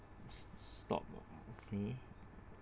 stop ah okay